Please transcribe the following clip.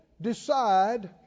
decide